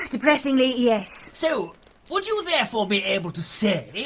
depressingly, yes. so would you therefore be able to say,